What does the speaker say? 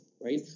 right